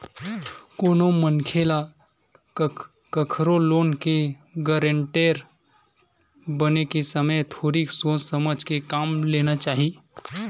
कोनो मनखे ल कखरो लोन के गारेंटर बने के समे थोरिक सोच समझ के काम लेना चाही